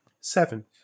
Seven